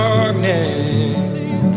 Darkness